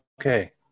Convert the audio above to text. okay